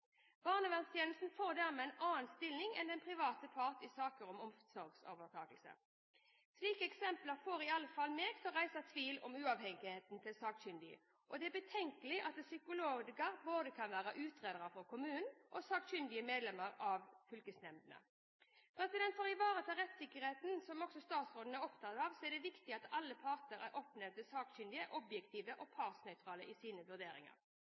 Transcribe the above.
Barnevernstjenesten får dermed en annen stilling enn den private part i saker om omsorgsovertakelse. Slike eksempler får i alle fall meg til å reise tvil om uavhengigheten til sakkyndige, og det er betenkelig at psykologer både kan være utredere for kommunen og sakkyndige medlemmer av fylkesnemndene. For å ivareta rettssikkerheten, som også statsråden er opptatt av, er det viktig for alle parter at oppnevnte sakkyndige er objektive og partsnøytrale i sine vurderinger.